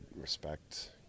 respect